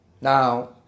now